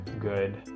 good